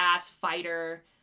fighter